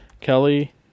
Kelly